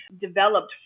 developed